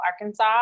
Arkansas